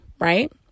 Right